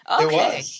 Okay